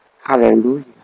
Hallelujah